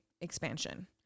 expansion